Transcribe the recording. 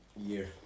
year